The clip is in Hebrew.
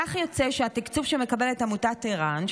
כך יוצא שהתקציב שמקבלת עמותת ער"ן,